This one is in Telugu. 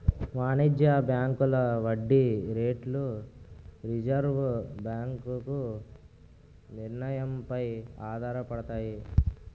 వాణిజ్య బ్యాంకుల వడ్డీ రేట్లు రిజర్వు బ్యాంకు నిర్ణయం పై ఆధారపడతాయి